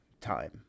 time